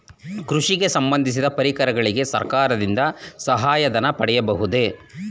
ಕೃಷಿಗೆ ಸಂಬಂದಿಸಿದ ಪರಿಕರಗಳಿಗೆ ಸರ್ಕಾರದಿಂದ ಸಹಾಯ ಧನ ಪಡೆಯಬಹುದೇ?